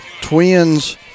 Twins